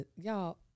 Y'all